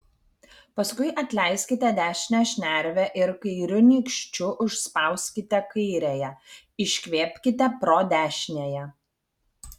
paskui atleiskite dešinę šnervę ir kairiu nykščiu užspauskite kairiąją iškvėpkite pro dešiniąją